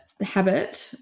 habit